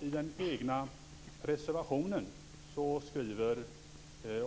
I den egna reservationen säger